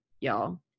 y'all